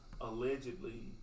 allegedly